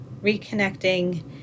reconnecting